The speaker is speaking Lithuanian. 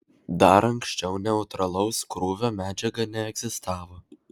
dar anksčiau neutralaus krūvio medžiaga neegzistavo